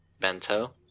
Bento